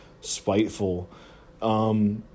spiteful